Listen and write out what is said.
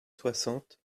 soixante